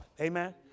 amen